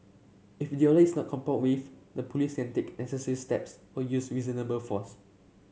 if the is not complied with the Police can take necessary steps or use reasonable force